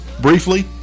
briefly